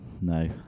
no